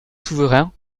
souverains